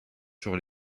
sur